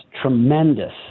tremendous